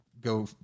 go